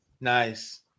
Nice